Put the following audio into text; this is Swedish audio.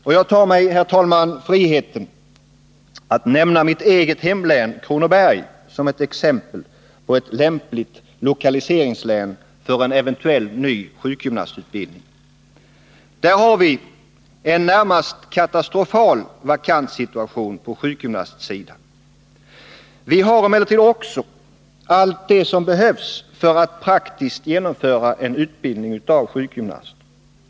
Och jag tar mig, herr talman, friheten att nämna mitt eget hemlän, Kronobergs län, som ett exempel på ett lämpligt lokaliseringslän för en eventuell ny sjukgymnastutbildning. Där har vi en närmast katastrofal vakanssituation på sjukgymnastsidan. Vi har emellertid också allt det som behövs för att praktiskt genomföra en utbildning av sjukgymnaster.